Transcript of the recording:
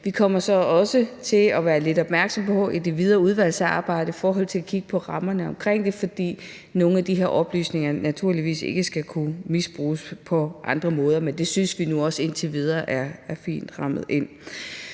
Vi kommer så også til i det videre udvalgsarbejde at være lidt opmærksomme på at kigge på rammerne for det, fordi ingen af de her oplysninger naturligvis skal kunne misbruges på nogen måder. Men det synes vi nu også indtil videre er fint rammet ind.